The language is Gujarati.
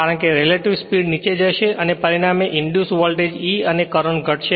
કારણ કે રેલેટીવ સ્પીડનીચે જશે અને પરિણામે ઇંડ્યુસ વોલ્ટેજ E અને કરંટ ઘટશે